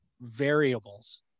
variables